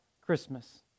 Christmas